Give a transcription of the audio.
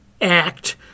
act